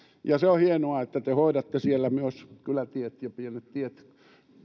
se on hienoa että te hoidatte siellä myös kylätiet ja pienet tiet